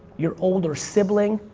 your older sibling,